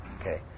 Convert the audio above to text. Okay